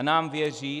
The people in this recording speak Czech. Nám věří.